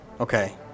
Okay